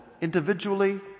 individually